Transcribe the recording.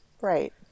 Right